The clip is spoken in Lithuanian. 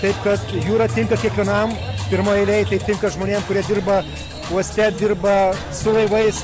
taip kad jūra tinka kiekvienam pirmoj eilėj tai tinka žmonėm kurie dirba uoste dirba su laivais